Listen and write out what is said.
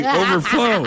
overflow